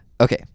Okay